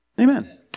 Amen